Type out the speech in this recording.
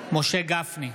משה גפני,